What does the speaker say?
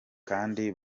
kandi